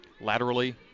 Laterally